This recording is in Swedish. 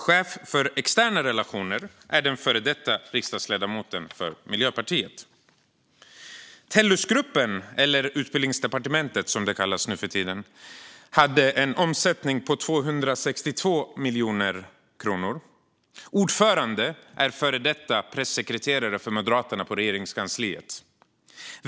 Chefen för externa relationer är före detta riksdagsledamot för Miljöpartiet. Tellusgruppen, eller Utbildningsdepartementet som de kallas nu för tiden, hade en omsättning på 262 miljoner kronor. Ordföranden är före detta pressekreterare för Moderaterna på Regeringskansliet.